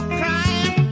crying